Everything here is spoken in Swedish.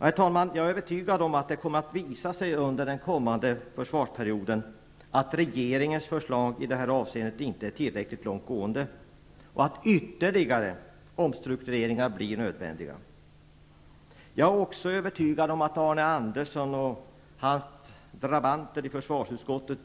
Herr talman! Jag är övertygad om att det kommer att visa sig under den kommande försvarsperioden att regeringens förslag i det här avseendet inte är tillräckligt långt gående och att ytterligare omstruktureringar blir nödvändiga. Jag är också övertygad om att Arne Andersson och hans ''drabanter'' i försvarsutskottet